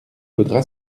faudra